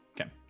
Okay